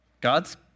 God's